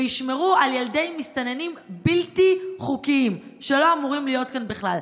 וישמרו על ילדי מסתננים בלתי חוקיים שלא אמורים להיות כאן בכלל.